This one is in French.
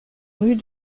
rue